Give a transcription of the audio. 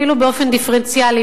אפילו באופן דיפרנציאלי,